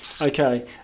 Okay